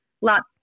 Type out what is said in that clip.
lots